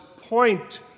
point